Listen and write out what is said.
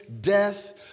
death